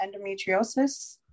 endometriosis